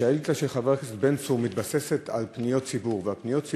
השאילתה של חבר הכנסת בן צור מתבססת על פניות ציבור שהגיעו